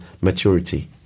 maturity